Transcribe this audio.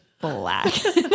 black